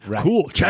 Cool